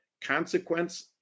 consequence